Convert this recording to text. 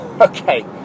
Okay